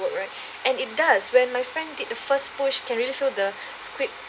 work right and it does when my friend did the first pushed can really feel the squid